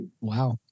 Wow